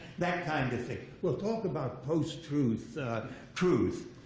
that kind of thing. well, talk about post-truth truth,